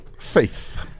Faith